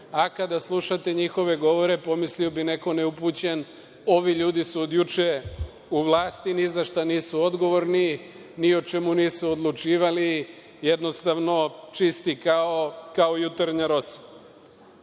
a kada slušate njihove govore pomislio bi neko neupućen, ovi ljudi su od juče u vlasti, nizašta nisu odgovorni, ni o čemu nisu odlučivali, jednostavno čiste kao jutarnja rosa. Što